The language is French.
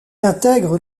intègre